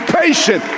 patient